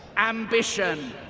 ambition,